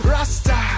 Rasta